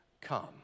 Come